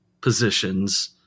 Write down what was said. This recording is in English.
positions